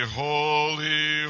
holy